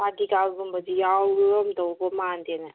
ꯀꯥꯗꯤꯀꯥꯒꯨꯝꯕꯗꯤ ꯌꯥꯎꯔꯝꯗꯧꯕ ꯃꯥꯟꯗꯦꯅꯦ